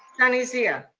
sunny zia.